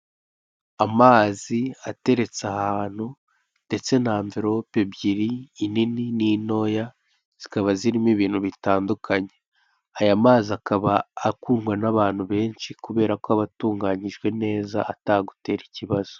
Amazi ateretse ahantu ndetse na amverope ebyiri, inini n'intoya, zikaba zirimo ibintu bitandukanye, aya mazi akaba akundwa n'abantu benshi kuberako aba atunganijwe neza, atagutera ikibazo.